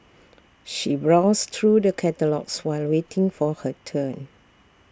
she browsed through the catalogues while waiting for her turn